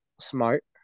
smart